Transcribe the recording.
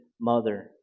mother